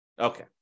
Okay